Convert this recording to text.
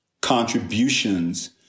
contributions